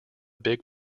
big